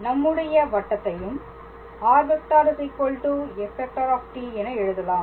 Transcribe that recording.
நம்முடைய வட்டத்தையும் r⃗f⃗ என எழுதலாம்